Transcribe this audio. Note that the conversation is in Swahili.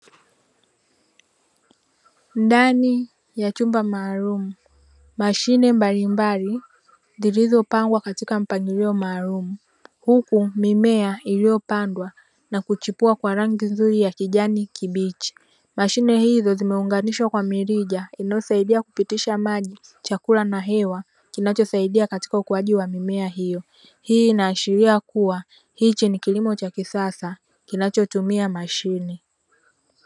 Ndani ya chumba maalumu, mashine mbalimbali zilizopangwa katika mpangilio maalumu, huku mimea iliyopandwa na kuchipua kwa rangi nzuri ya kijani kibichi. Mashine hizo zimeunganishwa kwa mirija inayosaidia kupitisha maji, chakula na hewa kinachosaidia katika ukuaji wa mimea hiyo. Hii inaashiria kuwa hichi ni kilimo cha kisasa kinachotumia mashine.